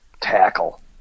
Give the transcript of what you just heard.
tackle